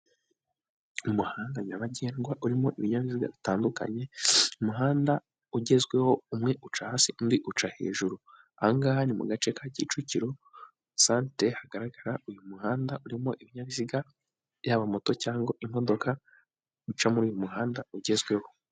Umuhanda nyabagendwa urimo ibinyabiziga bitandukanye, umuhanda ugezweho umwe uca hasi undi uca hejuru, aha ngaha ni mu gace ka Kicukiro santere hagaragara, uyu muhanda urimo ibinyabiziga yaba moto cyangwa imodoka, bica muri uyu muhanda ugezweho.